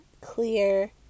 clear